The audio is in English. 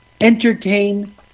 entertain